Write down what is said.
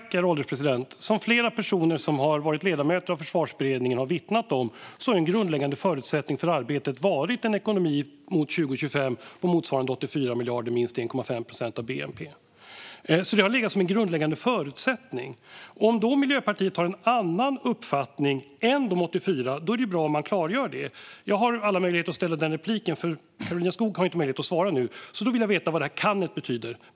Herr ålderspresident! Som flera personer som varit ledamöter av Försvarsberedningen har vittnat om har en grundläggande förutsättning för arbetet varit en ekonomi mot 2025 på motsvarande 84 miljarder, minst 1,5 procent av bnp. Det har legat som en grundläggande förutsättning. Om då Miljöpartiet har en annan uppfattning är det bra om man klargör det. Jag har alla möjligheter att ställa frågan, även om Karolina Skog inte har möjlighet att svara nu. Jag vill veta vad detta "kan" betyder.